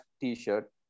t-shirt